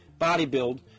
bodybuild